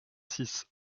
six